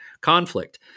conflict